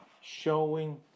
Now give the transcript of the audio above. showing